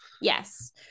yes